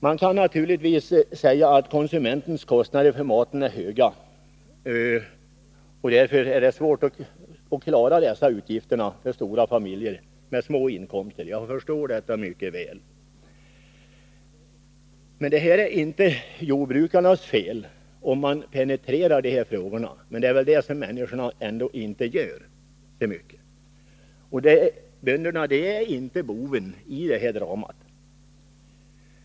Man kan naturligtvis säga att konsumentens kostnader för maten är höga, och därför är det svårt att klara dessa utgifter för stora familjer med små inkomster. Jag förstår det mycket väl. Men detta är inte jordbrukarens fel. Detta upptäcker man om man penetrerar frågan, men det har väl människorna inte gjort så mycket. Bönderna är inte boven i detta drama.